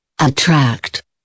Attract